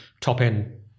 top-end